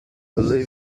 believe